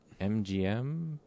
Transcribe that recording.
MGM